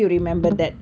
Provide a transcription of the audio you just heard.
oh